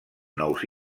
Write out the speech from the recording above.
nous